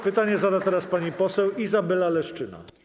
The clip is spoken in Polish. Pytanie zada teraz pani poseł Izabela Leszczyna.